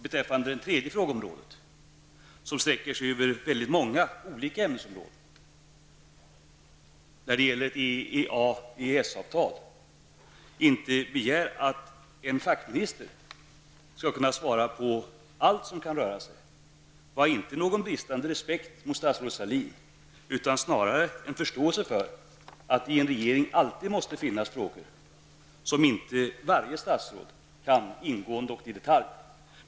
Min tredje fråga sträcker sig över väldigt många olika ämnesområden när det gäller EEA/EES avtal. Jag begär inte att en fackminister skall kunna svara på allt. Vad jag sade i det avseendet innebär inte någon bristande respekt för statsrådet Sahlin, utan det uttryckte snarast en förståelse för att det finns frågor som inte alla statsråd kan ingående och i detalj.